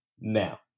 Now